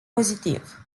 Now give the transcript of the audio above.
pozitiv